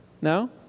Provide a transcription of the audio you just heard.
No